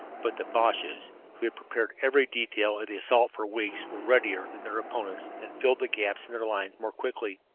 but the boches, who had prepared every detail of the assault for weeks, were readier than their opponents and filled the gaps in their lines more quickly.